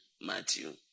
Matthew